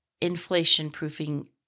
inflation-proofing